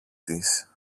της